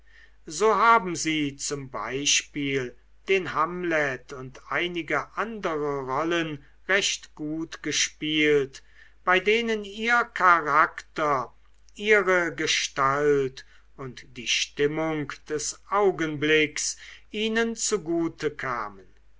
so haben sie z b den hamlet und einige andere rollen recht gut gespielt bei denen ihr charakter ihre gestalt und die stimmung des augenblicks ihnen zugute kamen